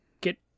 get